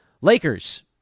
Lakers